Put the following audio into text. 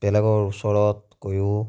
বেলেগৰ ওচৰতকৈও